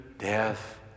death